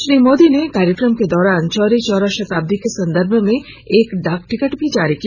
श्री मोदी ने कार्यक्रम के दौरान चौरी चौरा शताब्दी के संदर्भ में एक डाक टिकट भी जारी किया